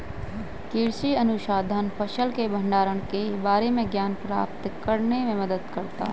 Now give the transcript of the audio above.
कृषि अनुसंधान फसल के भंडारण के बारे में ज्ञान प्राप्त करने में मदद करता है